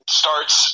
starts